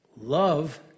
Love